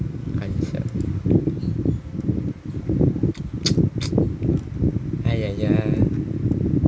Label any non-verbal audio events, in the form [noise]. I'm sad [breath] !aiya!